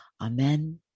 Amen